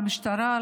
למשטרה,